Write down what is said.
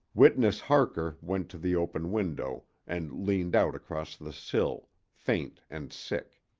witness harker went to the open window and leaned out across the sill, faint and sick.